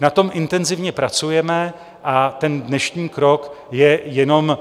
Na tom intenzivně pracujeme a ten dnešní krok je jenom